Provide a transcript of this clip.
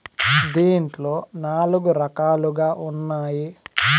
దీంట్లో నాలుగు రకాలుగా ఉన్నాయి